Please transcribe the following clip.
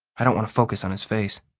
i don't want to focus on his face.